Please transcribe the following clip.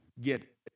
get